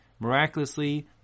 Miraculously